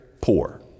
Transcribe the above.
poor